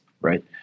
right